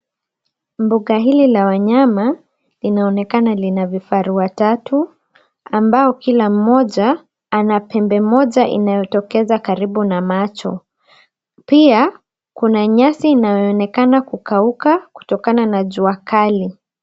Mbuga hili la wanyama linaonekana lina vifaru watatu ambao kila mmoja anapembe moja inatokeza karibu na macho . Pia kuna nyasi inayoonekana kukauka kutokana na jua kali.